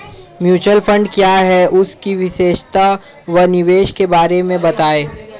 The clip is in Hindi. म्यूचुअल फंड क्या है इसकी विशेषता व निवेश के बारे में बताइये?